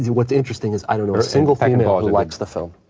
what's interesting is i don't know a single female who likes the film.